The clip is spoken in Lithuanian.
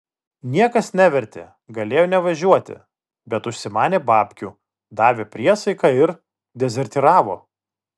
niekas nevertė galėjo nevažiuoti bet užsimanė babkių davė priesaiką ir dezertyravo